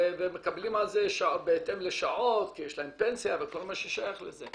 ומקבלים על זה בהתאם לשעות כי יש להם פנסיה וכל מה ששייך לזה.